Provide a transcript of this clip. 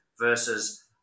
versus